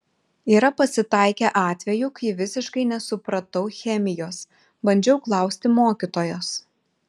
yra pasitaikę atvejų kai visiškai nesupratau chemijos bandžiau klausti mokytojos